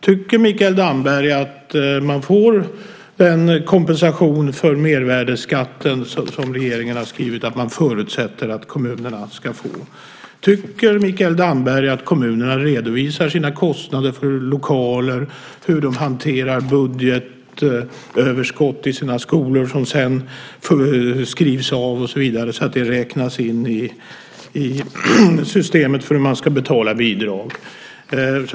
Tycker Mikael Damberg att man får en kompensation för mervärdesskatten, som regeringen har skrivit att man förutsätter att kommunerna ska få? Tycker Mikael Damberg att kommunerna redovisar sina kostnader för lokaler och hur de hanterar budgetöverskott i sina skolor, som sedan skrivs av och så vidare, så att det räknas in i systemet för hur man ska betala bidrag?